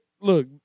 look